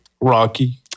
Rocky